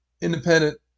independent